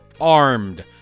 armed